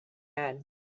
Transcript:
had